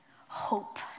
hope